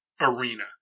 arena